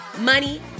money